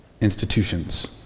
institutions